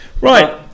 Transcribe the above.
Right